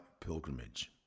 pilgrimage